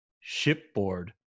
shipboard